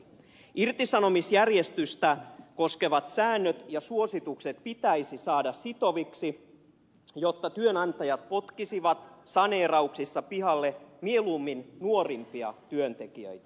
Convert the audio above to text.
irtisanomisjärjestystä koskevat säännöt ja suositukset pitäisi saada sitoviksi jotta työnantajat potkisivat saneerauksissa pihalle mieluummin nuorimpia työntekijöitä